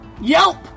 yelp